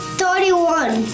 thirty-one